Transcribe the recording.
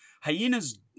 hyenas